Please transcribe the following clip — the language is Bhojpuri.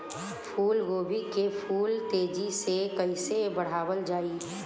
फूल गोभी के फूल तेजी से कइसे बढ़ावल जाई?